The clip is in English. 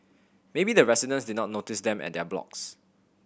maybe the residents did not notice them at their blocks